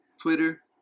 Twitter